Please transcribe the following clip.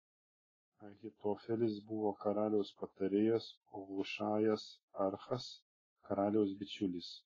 ahitofelis buvo karaliaus patarėjas o hušajas archas karaliaus bičiulis